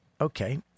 Okay